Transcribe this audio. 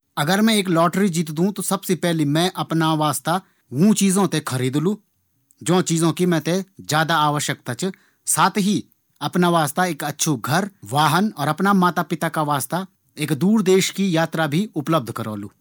अगर मैं एक लॉटरी जीतलू त मैं सबसे पैली ऊँ चीजों थें खरीदलू ज्यूँ चीजों की मैं थें सबसे ज्यादा आवश्यकता च। साथ ही अपना वास्ता एक घर, वाहन और अपना माता पिता का वास्ता एक दूर देश की यात्रा भी उपलब्ध करोलु।